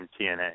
TNA